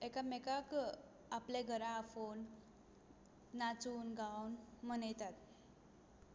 एकामेकांक आपल्या घरां आफोन नाचून गावून मनयतात